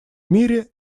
мире